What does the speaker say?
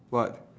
what